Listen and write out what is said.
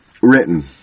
written